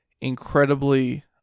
incredibly